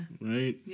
Right